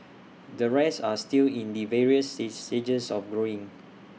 the rest are still in the various see stages of growing